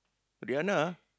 Rihanna